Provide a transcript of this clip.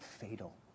fatal